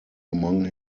among